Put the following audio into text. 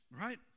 Right